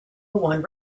one